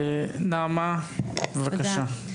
נעמה, בבקשה.